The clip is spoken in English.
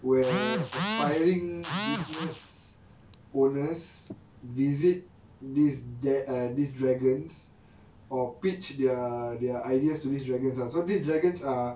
where aspiring business owners visit this there err these dragons or pitch their ideas to these dragons ah so these dragons are